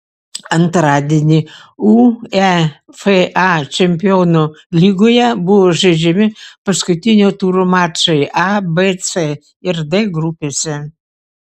antradienį uefa čempionų lygoje buvo žaidžiami paskutinio turo mačai a b c ir d grupėse